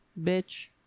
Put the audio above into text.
bitch